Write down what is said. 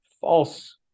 false